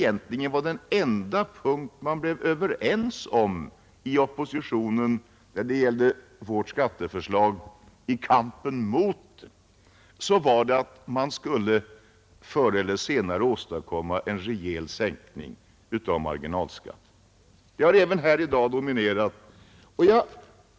Den enda punkt som man blev överens om i oppositionen i kampen mot vårt skatteförslag var att man förr eller senare skulle åstadkomma en rejäl sänkning av marginalskatten. Det temat har dominerat även här i dag.